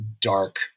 dark